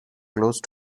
close